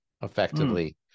effectively